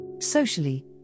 Socially